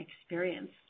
experience